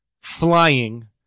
flying